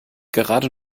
gerade